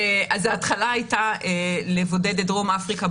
ההתחלה הייתה לבודד את דרום אפריקה,